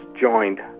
joined